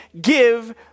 give